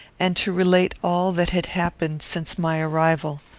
and to relate all that had happened since my arrival.